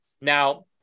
Now